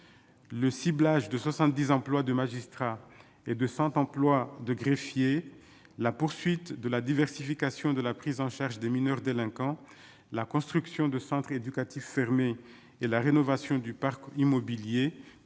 le ciblage de 70 emplois de magistrats et de 100 emplois de greffiers, la poursuite de la diversification de la prise en charge des mineurs délinquants, la construction de centres éducatifs fermés et la rénovation du parc immobilier